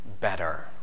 better